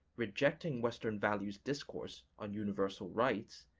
rejecting western values discourse on universal rights,